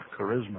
charisma